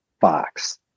fox